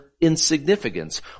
insignificance